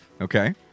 Okay